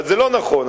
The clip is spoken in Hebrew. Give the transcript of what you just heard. זה הרי לא נכון,